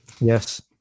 Yes